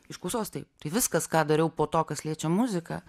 iš klausos taip tai viskas ką dariau po to kas liečia muziką